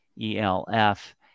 E-L-F